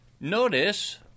Notice